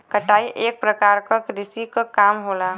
कटाई एक परकार क कृषि क काम होला